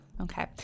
okay